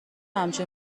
همچین